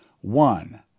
one